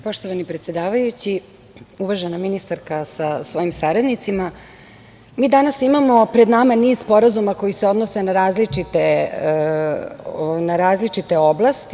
Poštovani predsedavajući, uvažena ministarka sa svojim saradnicima, mi danas imamo pred nama niz sporazuma koji se odnose na različite oblasti.